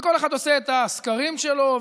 כל אחד עושה את הסקרים שלו,